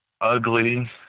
ugly